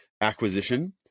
acquisition